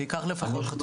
זה ייקח לפחות חצי